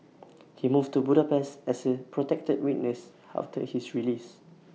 he moved to Budapest as A protected witness after his release